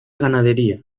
ganadería